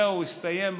זהו, הסתיים.